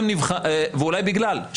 ואולי בגלל,